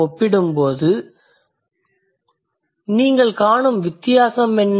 ஒப்பிடும்போது நீங்கள் காணும் வித்தியாசம் என்ன